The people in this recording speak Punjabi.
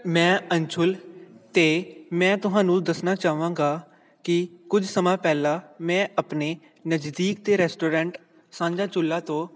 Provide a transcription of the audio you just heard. ਮੈਂ ਅੰਸ਼ੁਲ ਅਤੇ ਮੈਂ ਤੁਹਾਨੂੰ ਦੱਸਣਾ ਚਾਹਵਾਂਗਾ ਕਿ ਕੁਝ ਸਮਾਂ ਪਹਿਲਾਂ ਮੈਂ ਆਪਣੇ ਨਜ਼ਦੀਕ ਦੇ ਰੈਸਟੋਰੈਂਟ ਸਾਂਝਾ ਚੁੱਲ੍ਹਾ ਤੋਂ